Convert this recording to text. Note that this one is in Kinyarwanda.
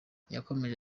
yakomeje